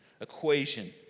equation